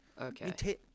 Okay